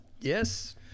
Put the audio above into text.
Yes